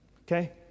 okay